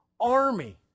army